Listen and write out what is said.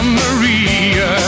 maria